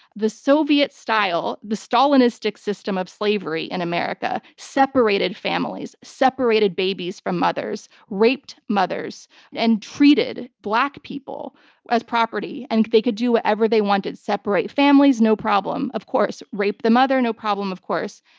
the soviet-style, stalinistic system of slavery in america separated families, separated babies from mothers, raped mothers and treated black people as property. and they could do whatever they wanted. separate families? no problem, of course. rape the mother? no problem, of course.